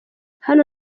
hano